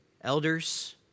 Elders